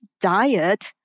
diet